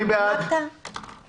מי בעד אישור התקנות?